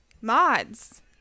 mods